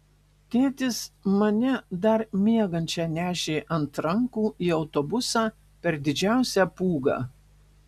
tėtis mane dar miegančią nešė ant rankų į autobusą per didžiausią pūgą